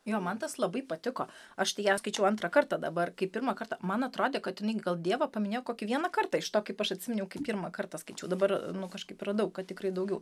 jo man tas labai patiko aš tai ją skaičiau antrą kartą dabar kai pirmą kartą man atrodė kad gal dievą paminėjo kokį vieną kartą iš to kaip aš atsiminiau kaip pirmą kartą skaičiau dabar nu kažkaip radau kad tikrai daugiau